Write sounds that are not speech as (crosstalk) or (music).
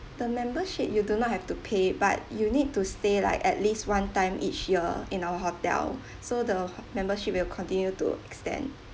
the membership you do not have to pay it but you need to stay like at least one time each year in our hotel (breath) so the ho~ membership will continue to extend